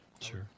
Sure